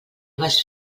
vas